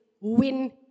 Win